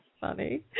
funny